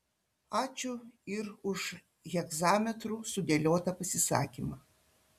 ačiū ir už hegzametru sudėliotą pasisakymą